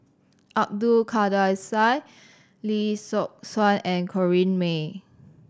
Abdul Kadir Syed Lee Yock Suan and Corrinne May